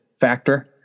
factor